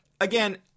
Again